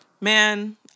Man